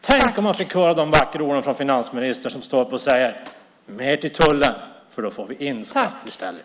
Tänk om man fick höra finansministern säga de vackra orden: Mer till tullen, för då får vi i stället in skatt!